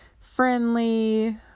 friendly